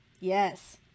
yes